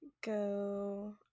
go